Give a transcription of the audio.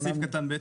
מה זה סעיף קטן (ב)?